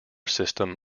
system